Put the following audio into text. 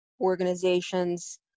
organizations